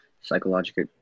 psychological